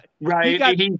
right